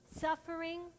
suffering